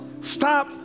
Stop